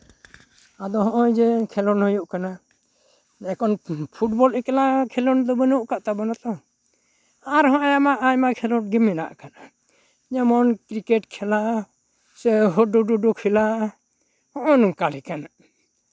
ᱟᱫᱚ ᱦᱚᱜᱼᱚᱭ ᱡᱮ ᱠᱷᱮᱞᱳᱰ ᱦᱩᱭᱩᱜ ᱠᱟᱱᱟ ᱮᱠᱷᱚᱱ ᱯᱷᱩᱴᱵᱚᱞ ᱮᱠᱞᱟ ᱠᱷᱮᱞᱳᱰ ᱵᱟᱹᱱᱩᱜ ᱟᱠᱟᱫ ᱛᱟᱵᱚᱱᱟᱛᱚ ᱟᱨᱦᱚᱸ ᱟᱭᱢᱟ ᱟᱭᱢᱟ ᱠᱷᱮᱞᱳᱰ ᱜᱮ ᱢᱮᱱᱟᱜ ᱟᱠᱟᱫᱟ ᱡᱮᱢᱚᱱ ᱠᱨᱠᱮᱴ ᱠᱷᱮᱞᱟ ᱥᱮ ᱦᱟᱰᱩᱼᱰᱩᱼᱰᱩ ᱠᱷᱮᱞᱟ ᱦᱚᱸᱜ ᱚᱭ ᱱᱚᱝᱠᱟ ᱞᱮᱠᱟᱱᱟᱜ